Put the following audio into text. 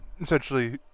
essentially